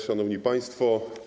Szanowni Państwo!